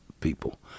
people